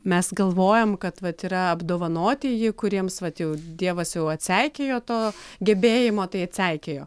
mes galvojam kad vat yra apdovanotieji kuriems vat jau dievas jau atseikėjo to gebėjimo tai atseikėjo